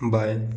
बाएँ